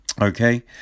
Okay